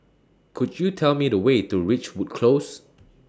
Could YOU Tell Me The Way to Ridgewood Close